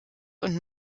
und